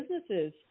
businesses